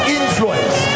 influence